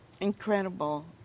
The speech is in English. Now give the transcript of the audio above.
incredible